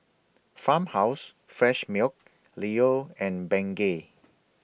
Farmhouse Fresh Milk Leo and Bengay